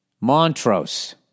Montrose